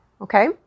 okay